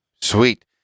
Sweet